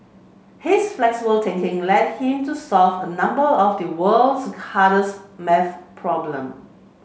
his flexible thinking led him to solve a number of the world's hardest maths problem